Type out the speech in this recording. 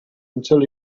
until